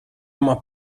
uma